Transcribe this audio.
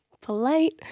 polite